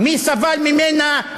מי סבל ממנה,